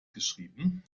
geschrieben